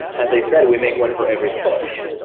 as i said, we make one for every push.